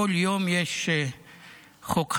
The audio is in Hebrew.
בכל יום יש חוק חדש,